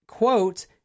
Quote